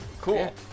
Cool